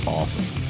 awesome